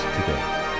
Today